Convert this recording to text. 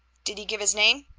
did he give his name?